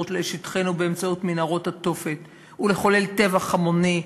לשטחנו באמצעות מנהרות התופת ולחולל טבח המוני,